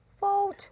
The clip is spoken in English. vote